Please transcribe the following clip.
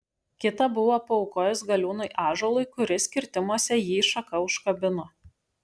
kitą buvo paaukojęs galiūnui ąžuolui kuris kirtimuose jį šaka užkabino